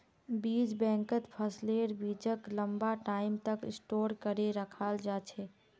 बीज बैंकत फसलेर बीजक लंबा टाइम तक स्टोर करे रखाल जा छेक